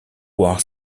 war